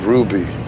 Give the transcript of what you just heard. Ruby